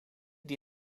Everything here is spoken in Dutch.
die